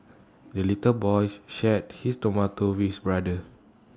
the little boy shared his tomato with brother